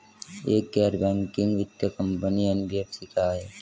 एक गैर बैंकिंग वित्तीय कंपनी एन.बी.एफ.सी क्या है?